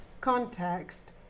context